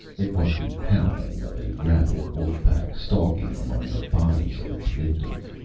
it was the howling of a rabid wolf-pack stalking among the bodies of its victims.